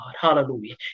Hallelujah